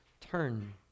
turn